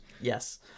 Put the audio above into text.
Yes